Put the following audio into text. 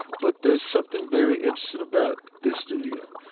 but there's something very interesting about this studio.